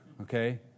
okay